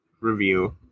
review